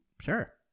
sure